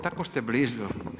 Tako ste blizu.